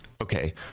okay